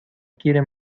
quiere